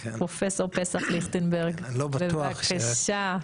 פרופסור פסח ליכטנברג, בבקשה.